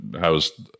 How's